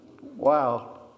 Wow